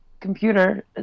computer